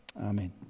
Amen